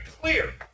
clear